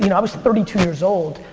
you know i was thirty two years old,